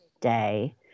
day